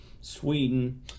Sweden